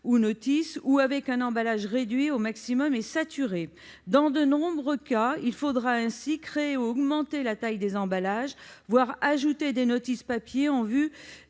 ou notice ou avec un emballage réduit au maximum et saturé. Dans de nombreux cas, il faudra ainsi créer ou augmenter la taille des emballages, voire ajouter des notices en papier en vue